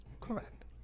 Correct